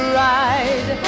ride